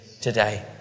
today